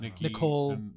Nicole